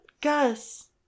Gus